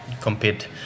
compete